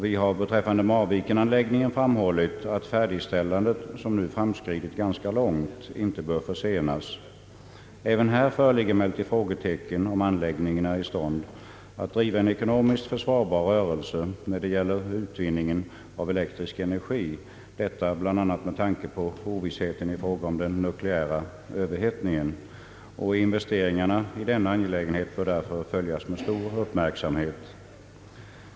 Vi har beträffande Marvikenanläggningen framhållit att färdigställandet, som nu framskridit ganska långt, inte bör försenas. Även här föreligger emellertid frågetecken, om anläggningen är i stånd att driva en ekonomiskt försvarbar rörelse när det gäller utvinning av elektrisk energi — detta bl.a. med tanke på ovissheten i fråga om den nukleära överhettningen. Investeringarna i denna anläggning bör därför följas med stor uppmärksamhet.